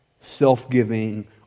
self-giving